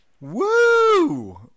Woo